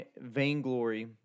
Vainglory